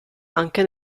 anche